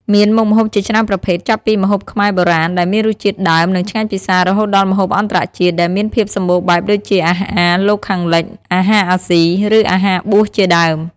មាន មុខម្ហូបជាច្រើនប្រភេទ ចាប់ពី ម្ហូបខ្មែរបុរាណ ដែលមានរសជាតិដើម និងឆ្ងាញ់ពិសា រហូតដល់ ម្ហូបអន្តរជាតិ ដែលមានភាពសម្បូរបែបដូចជា អាហារលោកខាងលិច អាហារអាស៊ី ឬអាហារបួសជាដើម។